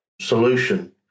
solution